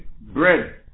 bread